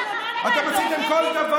תגיד לי, היית נורבגי בעצמך, אתם עשיתם כל דבר